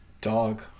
dog